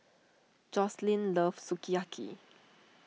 Joslyn loves Sukiyaki